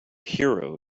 hero